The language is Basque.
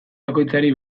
bakoitzari